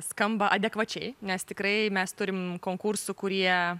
skamba adekvačiai nes tikrai mes turim konkursų kurie